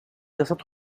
جسد